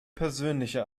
persönliche